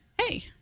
Hey